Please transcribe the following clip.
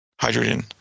hydrogen